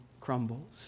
crumbles